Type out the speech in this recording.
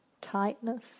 tightness